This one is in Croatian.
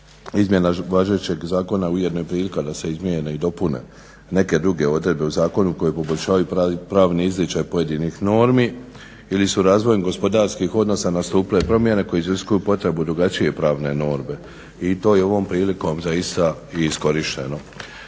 izmjena važećeg zakona ujedno je prilika da se izmjene i dopune neke druge odredbe u zakonu koje poboljšavaju pravni izričaj pojedinih normi ili su razvojem gospodarskih odnosa nastupile promjene koje iziskuju potrebu drugačije pravne norme. I to je ovom prilikom zaista i iskorišteno.